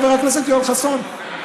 חבר הכנסת יואל חסון?